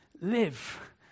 live